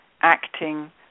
acting